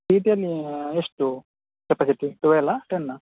TT ಅಲ್ಲಿಯಾ ಎಷ್ಟು capacity ಟುವೆಲಾ ಟೆನ್ನಾ